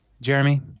Jeremy